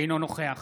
אינו נוכח